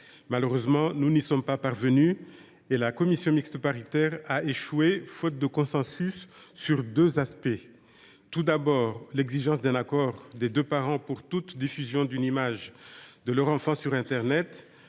Malheureusement, nous n’y sommes pas parvenus ; la commission mixte paritaire a échoué faute de consensus sur deux points : d’une part, sur l’exigence d’un accord des deux parents pour toute diffusion d’une image de leur enfant sur internet,